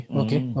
okay